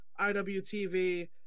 IWTV